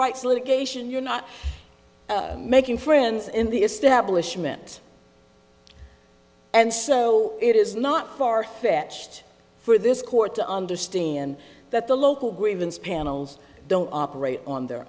rights litigation you're not making friends in the establishment and so it is not far fetched for this court to understand that the local grievance panels don't operate on their